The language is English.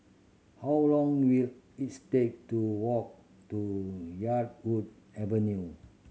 how long will is take to walk to Yarwood Avenue